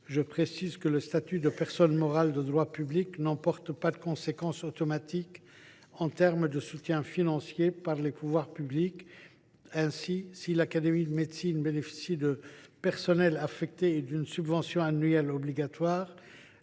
Je précise que le statut de personne morale de droit public n’emporte pas de conséquences automatiques en termes de soutien financier par les pouvoirs publics. Ainsi, si l’Académie nationale de médecine bénéficie de personnels affectés et d’une subvention annuelle obligatoire,